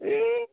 এই